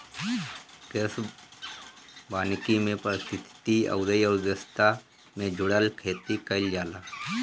कृषि वानिकी में पारिस्थितिकी अउरी अर्थव्यवस्था से जुड़ल खेती कईल जाला